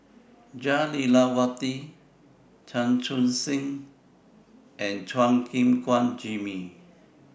Jah Lelawati Chan Chun Sing and Chua Gim Guan Jimmy